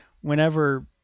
whenever